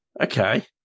okay